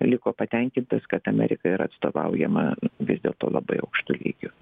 liko patenkintas kad amerika yra atstovaujama vis dėlto labai aukštu lygiu